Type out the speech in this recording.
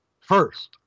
First